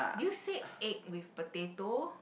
did you say egg with potato